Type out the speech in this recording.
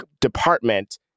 department